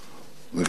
וכך הוא כותב: